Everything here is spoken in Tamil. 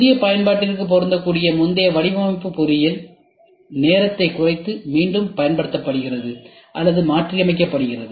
புதிய பயன்பாட்டிற்கு பொருந்தக்கூடிய முந்தைய வடிவமைப்பு பொறியியல் நேரத்தைக் குறைத்து மீண்டும் பயன்படுத்தப்படுகிறது அல்லது மாற்றியமைக்கப்படுகிறது